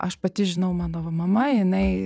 aš pati žinau mano va mama jinai